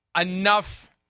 enough